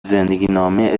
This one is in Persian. زندگینامه